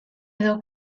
edo